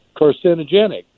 carcinogenic